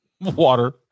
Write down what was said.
Water